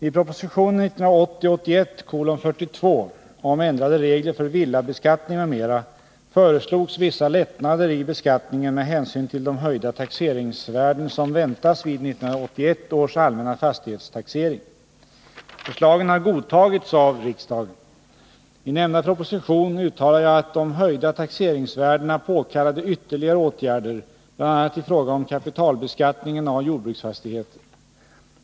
I proposition 1980/81:42 om ändrade regler för villabeskattningen m.m. föreslogs vissa lättnader i beskattningen med hänsyn till de höjda taxeringsvärden som väntas vid 1981 års allmänna fastighetstaxering. Förslagen har godtagits av riksdagen. I nämnda proposition uttalade jag att de höjda taxeringsvärdena påkallade ytterligare åtgärder, bl.a. i fråga om kapitalbeskattningen av jordbruksfastigheter.